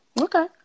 Okay